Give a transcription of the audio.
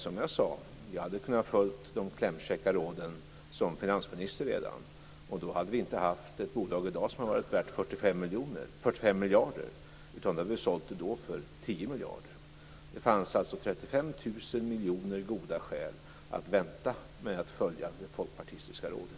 Som jag sade kunde jag ha följt de klämkäcka råden redan som finansminister, och då hade vi i dag inte haft ett bolag som varit värt 45 miljarder, utan det hade varit sålt för 10 miljarder. Det fanns alltså 35 000 miljoner goda skäl att vänta med att följa det folkpartistiska rådet.